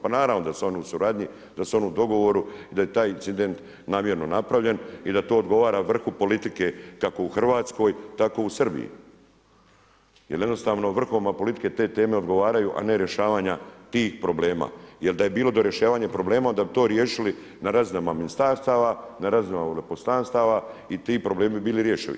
Pa naravno da su oni u suradnji, da su oni u dogovoru i da je taj incident namjerno napravljen i da to odgovara vrhu politike kako u Hrvatskoj, tako u Srbiji jer jednostavno vrhovima politike te teme odgovaraju nerješavanja tih problema, jer da je bilo do rješavanja problema onda bi to riješili na razinama ministarstava, na razinama veleposlanstava i ti problemi bi bili riješeni.